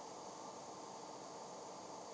hor